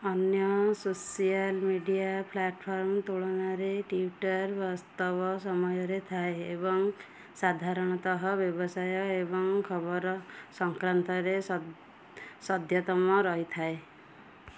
ଅନ୍ୟ social media platform ତୁଳନାରେ Twitter ବାସ୍ତବ ସମୟରେ ଥାଏ ଏବଂ ସାଧାରଣତଃ ବ୍ୟବସାୟ ଏବଂ ଖବର ସଂକ୍ରାତ ସ ସଦ୍ୟତମ ରହିଥାଏ